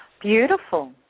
Beautiful